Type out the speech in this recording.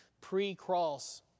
pre-cross